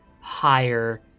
higher